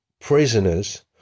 prisoners